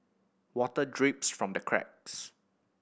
water drips from the cracks